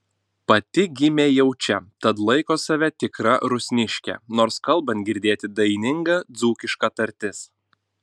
pati gimė jau čia tad laiko save tikra rusniške nors kalbant girdėti daininga dzūkiška tartis